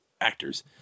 actors